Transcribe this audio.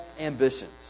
ambitions